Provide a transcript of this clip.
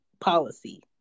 policy